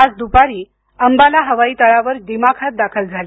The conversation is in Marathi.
आज दुपारी अंबाला हवाई तळावर दिमाखात दाखल झाली